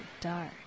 Dark